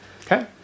Okay